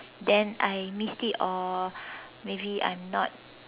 then I missed it or maybe I'm not